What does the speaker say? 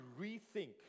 rethink